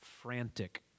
frantic